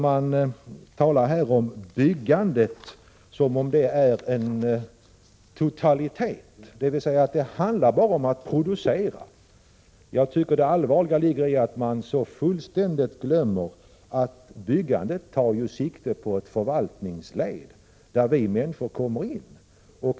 Man talar där om byggandet som om det vore en totalitet, dvs. som om det handlade bara om att producera. Jag tycker det allvarliga ligger i att man så fullständigt glömmer att byggandet tar sikte på en förvaltning, där vi människor kommer in.